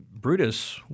Brutus